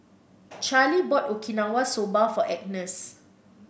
Charley bought Okinawa Soba for Agness